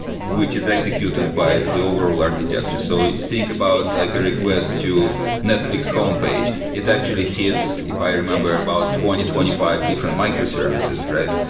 which is executed by the overall architecture. so think about like a request to netflix homepage. it actually hits, if i remember, about twenty, twenty five different microservices, right?